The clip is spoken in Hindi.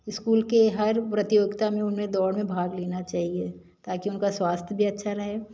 स्कूल के हर प्रतियोगिता में उनमें दौड़ में भाग लेना चाहिए ताकि उनका स्वास्थ भी अच्छा रहे